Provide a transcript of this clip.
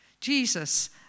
Jesus